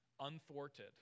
unthwarted